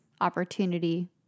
opportunity